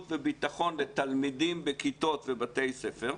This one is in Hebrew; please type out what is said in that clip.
וביטחון לתלמידים בכיתות ובבתי ספר,